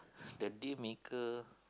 the deal maker